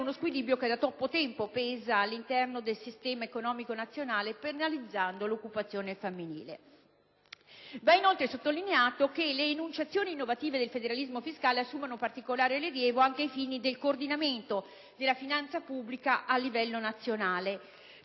uno squilibrio che da troppo tempo pesa all'interno del sistema economico nazionale, penalizzando l'occupazione femminile. Va, inoltre, sottolineato che le enunciazioni innovative del federalismo fiscale assumono particolare rilievo anche ai fini del coordinamento della finanza pubblica a livello nazionale.